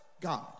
God